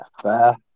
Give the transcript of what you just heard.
Fair